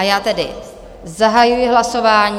Já tedy zahajuji hlasování.